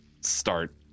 start